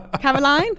Caroline